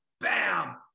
bam